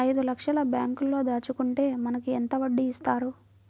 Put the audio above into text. ఐదు లక్షల బ్యాంక్లో దాచుకుంటే మనకు ఎంత వడ్డీ ఇస్తారు?